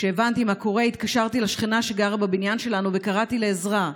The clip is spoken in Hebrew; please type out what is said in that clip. כשהבנתי מה קורה התקשרתי לשכנה שגרה בבניין שלנו וקראתי לעזרה.